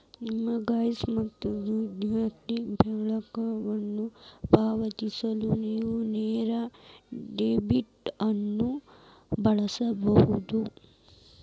ನಿಮ್ಮ ಗ್ಯಾಸ್ ಮತ್ತು ವಿದ್ಯುತ್ ಬಿಲ್ಗಳನ್ನು ಪಾವತಿಸಲು ನೇವು ನೇರ ಡೆಬಿಟ್ ಅನ್ನು ಬಳಸಬಹುದು